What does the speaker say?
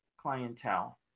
clientele